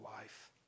life